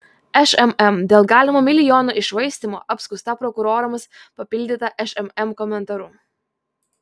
šmm dėl galimo milijonų iššvaistymo apskųsta prokurorams papildyta šmm komentaru